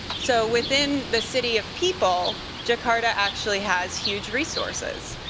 so within the city of people, jakarta actually has huge resources.